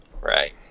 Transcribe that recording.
Right